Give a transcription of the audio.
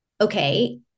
okay